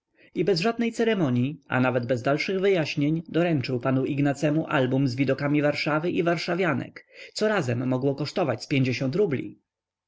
i bez żadnej ceremonii a nawet bez dalszych wyjaśnień doręczył panu ignacemu album z widokami warszawy i warszawianek co razem mogło kosztować z pięćdziesiąt rubli